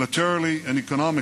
militarily and economically,